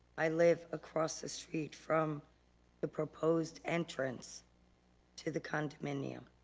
i live across the street from the proposed entrance to the condominium.